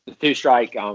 two-strike